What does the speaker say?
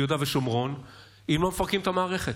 ביהודה ושומרון אם לא מפרקים את המערכת.